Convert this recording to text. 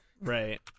right